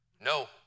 No